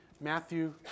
Matthew